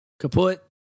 Kaput